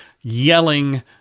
yelling